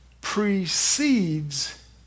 precedes